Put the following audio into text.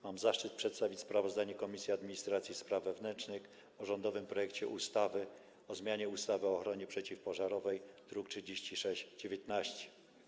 Mam zaszczyt przedstawić sprawozdanie Komisji Administracji i Spraw Wewnętrznych o rządowym projekcie ustawy o zmianie ustawy o ochronie przeciwpożarowej, druk nr 3619.